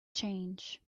change